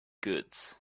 goods